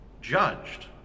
judged